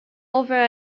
over